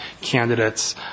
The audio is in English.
candidates